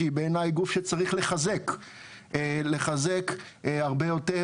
שהיא בעייני גוף שצריך לחזק הרבה יותר.